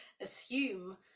assume